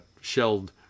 shelled